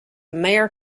mayor